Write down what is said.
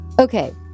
Okay